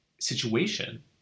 situation